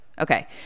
Okay